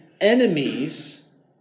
enemies